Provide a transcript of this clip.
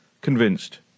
convinced